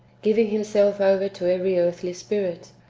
giving himself over to every earthly spirit,